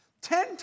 Ten